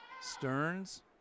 Stearns